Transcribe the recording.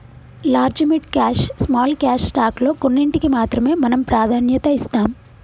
large mid cap small cap stock లో కొన్నింటికీ మాత్రమే మనం ప్రాధాన్యత ఇస్తాం